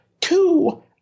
Two